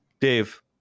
Dave